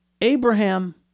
abraham